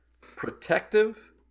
Protective